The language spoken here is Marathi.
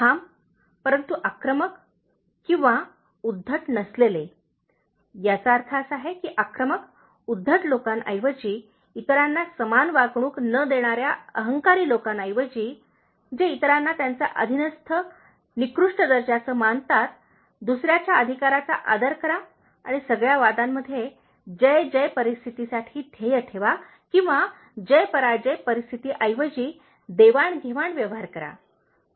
ठाम परंतु आक्रमक किंवा उद्धट नसलेले याचा अर्थ असा आहे की आक्रमक उद्धट लोकांऐवजी इतरांना समान वागणूक न देणाऱ्या अहंकारी लोकांऐवजी जे इतरांना त्यांचा अधीनस्थ निकृष्ट दर्जाचा मानतात दुसर्याच्या अधिकाराचा आदर करा आणि सगळ्या वादांमध्ये जय जय परिस्थितीसाठी ध्येय ठेवा किंवा जय पराजय परिस्थितीऐवजी देवाण घेवाण व्यवहार करा